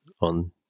on